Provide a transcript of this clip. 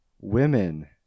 women